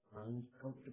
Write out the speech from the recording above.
uncomfortable